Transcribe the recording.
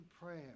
prayer